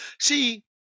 See